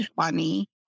funny